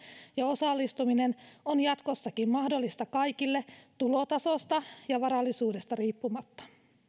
ja osallistuminen on jatkossakin mahdollista kaikille tulotasosta ja varallisuudesta riippumatta niin